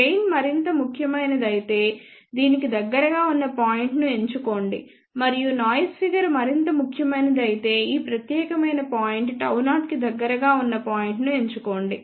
gain మరింత ముఖ్యమైనది అయితే దీనికి దగ్గరగా ఉన్న పాయింట్ను ఎంచుకోండి మరియు నాయిస్ ఫిగర్ మరింత ముఖ్యమైనది అయితే ఈ ప్రత్యేకమైన పాయింట్ Γ0 కి దగ్గరగా ఉన్న పాయింట్ను ఎంచుకోండి